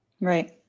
Right